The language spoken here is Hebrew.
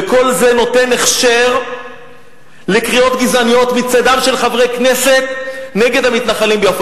וכל זה נותן הכשר לקריאות גזעניות מצדם של חברי כנסת נגד המתנחלים ביפו.